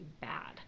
bad